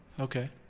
Okay